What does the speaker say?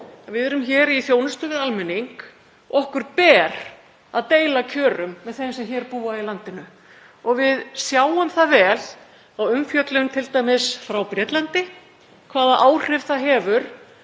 við erum í þjónustu við almenning og okkur ber að deila kjörum með þeim sem búa í landinu. Við sjáum það vel, t.d. á umfjöllun frá Bretlandi, hvaða áhrif það hefur